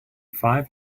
five